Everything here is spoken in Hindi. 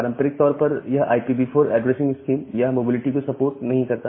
पारंपरिक तौर पर यह IPv4 ऐड्रेसिंग स्कीम यह मोबिलिटी को सपोर्ट नहीं करता